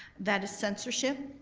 that is censorship,